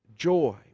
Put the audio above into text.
Joy